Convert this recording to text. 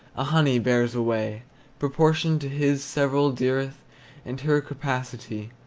a honey bears away proportioned to his several dearth and her capacity.